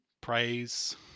Praise